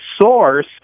source